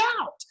out